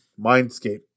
Mindscape